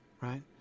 right